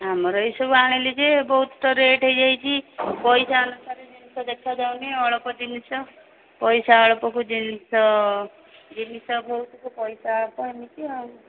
ଆମର ଏଇସବୁ ଆଣିଲି ଯେ ବହୁତ ରେଟ୍ ହୋଇଯାଇଛି ପଇସା ଅନୁସାରେ ଜିନିଷ ଦେଖାଯାଉନି ଅଳପ ଜିନିଷ ପଇସା ଅଳପକୁ ଜିନିଷ ଜିନିଷ ବହୁତକୁ ପଇସା ଅଳପ ଏମିତି ଆଉ